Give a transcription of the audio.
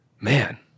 Man